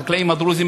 החקלאים הדרוזים,